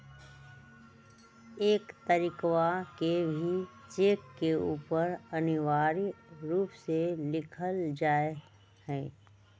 एक तारीखवा के भी चेक के ऊपर अनिवार्य रूप से लिखल जाहई